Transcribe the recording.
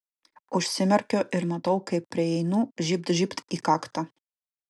užsimerkiu ir matau kaip prieinu žybt žybt į kaktą